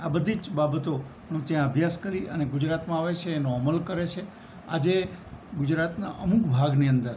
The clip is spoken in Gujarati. આ બધી જ બાબતોનું ત્યાં અભ્યાસ કરી અને ગુજરાતમાં આવે છે એનો અમલ કરે છે આજે ગુજરાતનાં અમુક ભાગની અંદર